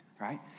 right